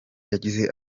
yagize